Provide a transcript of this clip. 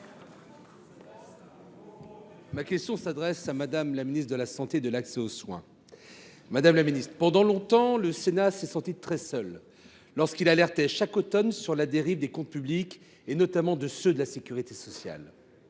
Ma question s’adresse à Mme la ministre de la santé et de l’accès aux soins. Madame la ministre, pendant longtemps, le Sénat s’est senti très seul – très seul !– lorsqu’il alertait, chaque automne, sur la dérive des comptes publics, notamment de ceux de la sécurité sociale.